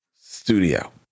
studio